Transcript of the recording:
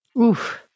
Oof